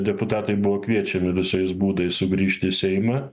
deputatai buvo kviečiami visais būdais sugrįžti į seimą